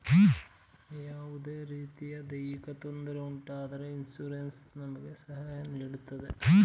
ಯಾವುದೇ ರೀತಿಯ ದೈಹಿಕ ತೊಂದರೆ ಉಂಟಾದರೆ ಇನ್ಸೂರೆನ್ಸ್ ನಮಗೆ ಸಹಾಯ ನೀಡುತ್ತೆ